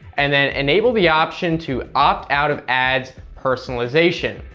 and then enable the option to opt out of ads personalization.